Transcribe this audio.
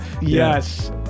yes